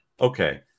okay